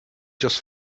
just